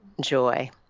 joy